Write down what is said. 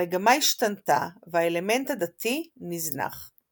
המגמה השתנתה, והאלמנט הדתי נזנח.